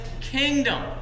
kingdom